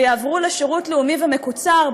ויעברו לשירות לאומי ומקוצר,